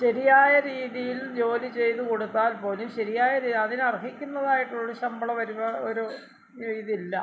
ശരിയായ രീതിയിൽ ജോലി ചെയ്തു കൊടുത്താൽ പോലും ശരിയായ രീതി അതിന് അർഹിക്കുന്നതായിട്ടുള്ള ശമ്പള വരവ് ഒരു ഇതില്ല